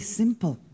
simple